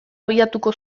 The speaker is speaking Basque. abiatuko